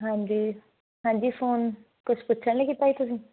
ਹਾਂਜੀ ਹਾਂਜੀ ਫੋਨ ਕੁਛ ਪੁੱਛਣ ਲਈ ਕੀਤਾ ਜੀ ਤੁਸੀਂ